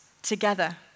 together